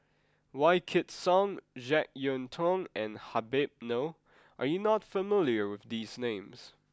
Wykidd Song Jek Yeun Thong and Habib Noh are you not familiar with these names